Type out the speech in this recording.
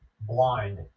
blind